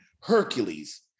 Hercules